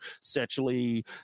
sexually